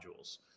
modules